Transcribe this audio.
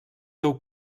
teu